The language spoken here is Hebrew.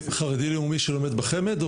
חרדי לאומי שלומד בחמ"ד?